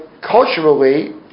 culturally